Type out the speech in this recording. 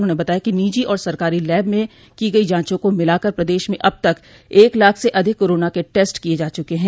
उन्होंने बताया कि निजी और सरकारी लैब में की गई जांचों को मिलाकर प्रदेश में अब तक एक लाख से अधिक कोरोना के टेस्ट किये जा चूके हैं